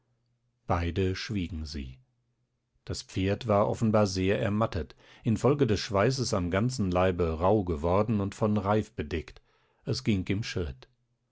beide schwiegen sie das pferd war offenbar sehr ermattet infolge des schweißes am ganzen leibe rauh geworden und von reif bedeckt es ging im schritt